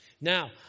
Now